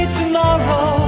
tomorrow